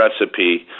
recipe